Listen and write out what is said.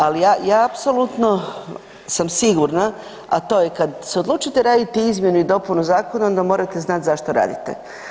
Ali ja sam apsolutno sigurna, a to je kad se odlučite raditi izmjenu i dopunu zakona onda morate znati zašto radite.